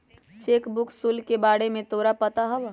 Cheque book शुल्क के बारे में तोरा पता हवा?